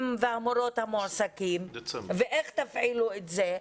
והמורות המועסקים ואיך תפעילו את זה,